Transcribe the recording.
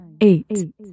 eight